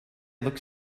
looked